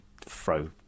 throw